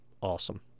awesome